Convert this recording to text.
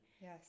Yes